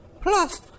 Plus